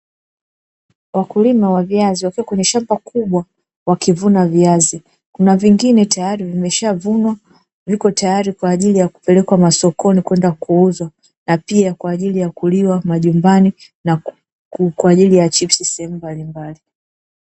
Wakulima wa viazi, wakiwa kwenye shamba kubwa wakivuna viazi, kuna vingine tayari vimeshavunwa, viko tayari kwa ajili ya kupelekwa masokoni kwenda kuuzwa, na pia kwa ajili ya kuliwa majumbani, na kwa ajili ya chipsi sehemu mbalimbali.